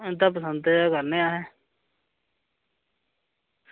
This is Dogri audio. इंदे पसंद दे गै करने असें